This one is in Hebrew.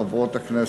חברותי חברות הכנסת,